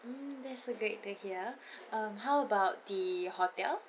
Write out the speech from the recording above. mm that's great to hear um how about the hotel